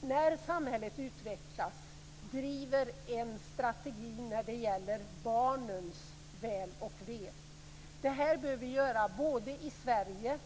när ett samhälle utvecklas driver en strategi för barnens väl och ve. Det behöver vi göra också i Sverige.